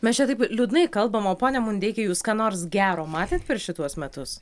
mes čia taip liūdnai kalbam o pone mundeiki jūs ką nors gero matėt per šituos metus